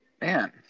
Man